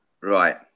Right